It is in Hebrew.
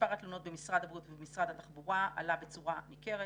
מספר התלונות במשרד הבריאות ובמשרד התחבורה עלה בצורה ניכרת,